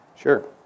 Sure